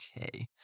Okay